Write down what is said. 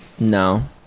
No